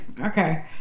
Okay